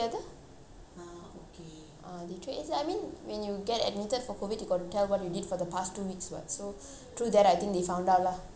ah they trace when ah I mean when you get admitted for COVID they got to tell what you did for the past two weeks but so through that I think they found out lah